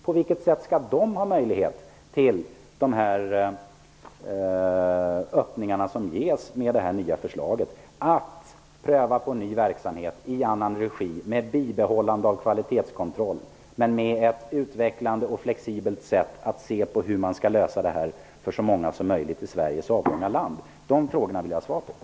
På vilket sätt skall dessa människor ha möjlighet till de öppningar som ges genom detta nya förslag att pröva på en ny verksamhet i annan regi men med bibehållen kvalitetskontroll och ett utvecklande och flexibelt sätt att ordna detta för så många medborgare som möjligt i Sveriges avlånga land? Dessa frågor vill jag ha svar på.